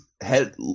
head